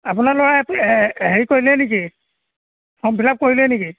আপোনাৰ ল'ৰা এপ্ হেৰি কৰিলে নেকি ফৰ্ম ফিল আপ কৰিলে নেকি